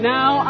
Now